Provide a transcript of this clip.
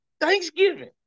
Thanksgiving